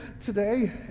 today